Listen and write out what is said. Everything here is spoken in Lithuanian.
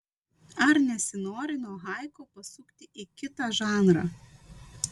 ar nesinori nuo haiku pasukti į kitą žanrą